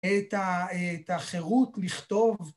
‫את ה... את החירות, נכתוב...